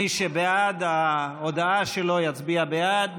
מי שבעד ההודעה שלו יצביע בעד,